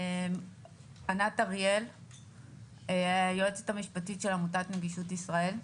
אני היועצת המשפטית של עמותת נגישות ישראל.